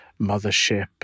mothership